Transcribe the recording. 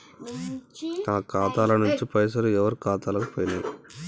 నా ఖాతా ల నుంచి పైసలు ఎవరు ఖాతాలకు పోయినయ్?